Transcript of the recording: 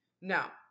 Now